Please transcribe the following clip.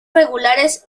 regulares